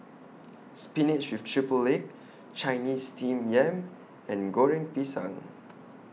Spinach with Triple Egg Chinese Steamed Yam and Goreng Pisang